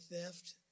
theft